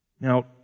Now